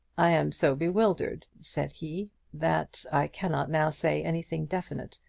i am so bewildered, said he, that i cannot now say anything definite,